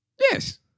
Yes